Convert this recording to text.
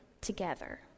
together